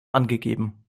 angegeben